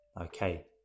Okay